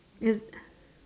yes